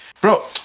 Bro